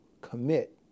commit